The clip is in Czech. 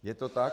Je to tak?